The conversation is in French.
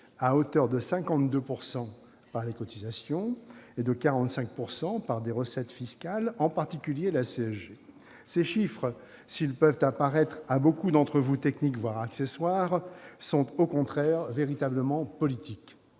à hauteur de 52 % par des cotisations et 45 % par des recettes fiscales, en particulier la CSG. Ces chiffres, s'ils peuvent apparaître à beaucoup d'entre vous techniques, voire accessoires, sont au contraire véritablement politiques.